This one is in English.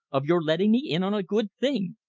of your letting me in on a good thing!